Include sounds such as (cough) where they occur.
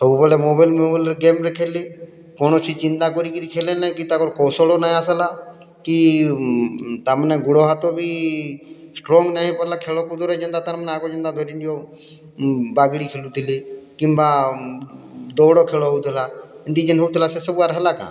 ସବୁବେଲେ ମୋବାଇଲ୍ ମୋବାଇଲ୍ରେ ଗେମ୍ରେ ଖେଲ୍ଲି କୌଣସି ଚିନ୍ତା କରିକିରି ଖେଲେ ନାଇଁ କି ତାଙ୍କର କୌଶଲ୍ ନାଇଁ ଆସିଲା କି ତାମାନେ ଗୁଡ଼ ହାତ ବି ଷ୍ଟ୍ରଙ୍ଗ୍ ନାଇଁ ହେଇପାର୍ଲା ଖେଳ କୁଦ ରେ ଯେନ୍ତାଁ ତାର୍ ମାନେ ଆଗ ଯେନ୍ତା ଧରିନିଅଁ ବାଗିଡ଼ି ଖେଲୁଥିଲି କିମ୍ବା ଦୌଡ଼ ଖେଳ ହଉଥିଲା (unintelligible) ହଉଥିଲା ସେ ସବୁ ହେଲା କାଁ